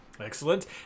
excellent